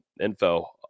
info